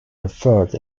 referred